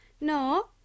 No